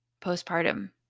postpartum